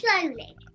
slowly